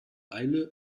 eile